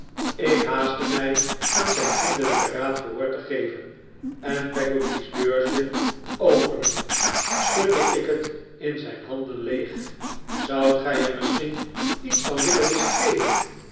ik haastte mij aan zijn vriendelijken raad gehoor te geven en peggotty's beursje openend schiidde ik het in zijn handen leeg zoudt gij er misschien iets van willen besteden